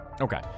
Okay